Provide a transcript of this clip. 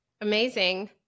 Amazing